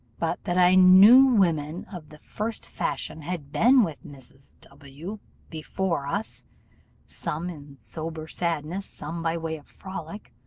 but that i knew women of the first fashion had been with mrs. w before us some in sober sadness, some by way of frolic.